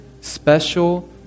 special